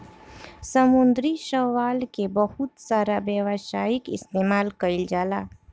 समुंद्री शैवाल के बहुत सारा व्यावसायिक इस्तेमाल कईल जाला